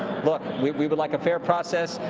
look, we we would like a fair process.